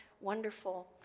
wonderful